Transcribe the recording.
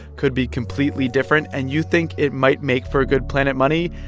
could be completely different and you think it might make for a good planet money,